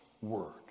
word